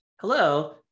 hello